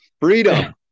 freedom